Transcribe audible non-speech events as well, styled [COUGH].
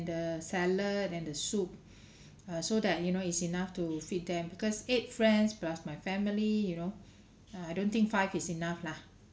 the salad and the soup [BREATH] uh so that you know is enough to feed them because eight friends plus my family you know uh I don't think five is enough lah